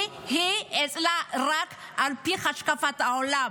כי אצלה זה רק על פי השקפת העולם.